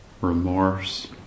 remorse